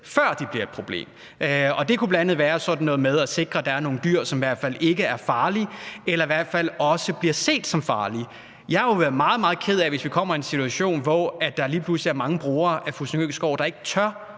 før de bliver et problem. Det kunne bl.a. være sådan noget som at sikre, at der er nogle dyr, som i hvert fald ikke er farlige, eller som ikke bliver set som farlige. Jeg vil jo være meget, meget ked af, hvis vi kommer i en situation, hvor der lige pludselig er mange brugere af Fussingøskov, der ikke tør